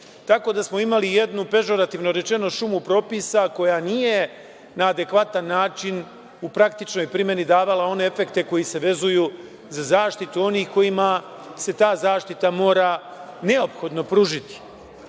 tako da smo imali jednu, pežorativno rečeno, šumu propisa koja nije na adekvatan način u praktičnoj primeni davala one efekte koji se vezuju za zaštitu onih kojima se ta zaštita mora neophodno pružiti. Zbog